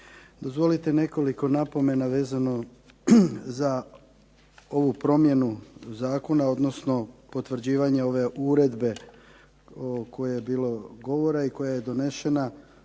Dozvolite nekoliko napomena vezano za ovu promjenu zakona, odnosno potvrđivanje ove uredbe o kojoj je bilo govora i koja je donesena,